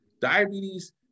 diabetes